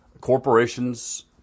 corporations